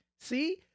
See